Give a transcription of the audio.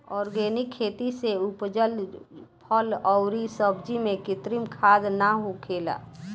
organic खेती से उपजल फल अउरी सब्जी में कृत्रिम खाद ना होखेला